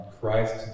Christ